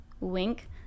Wink